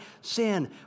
sin